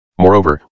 Moreover